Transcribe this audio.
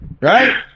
Right